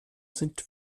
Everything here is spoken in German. sind